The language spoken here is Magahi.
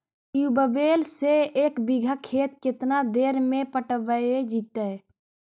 ट्यूबवेल से एक बिघा खेत केतना देर में पटैबए जितै?